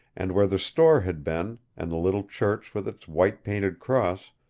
and where the store had been, and the little church with its white-painted cross,